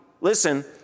listen